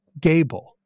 Gable